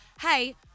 Hey